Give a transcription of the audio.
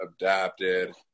adapted